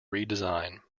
redesign